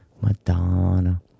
Madonna